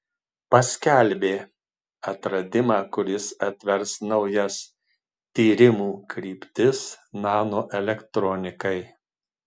paskelbė atradimą kuris atvers naujas tyrimų kryptis nanoelektronikai